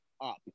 up